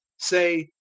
say,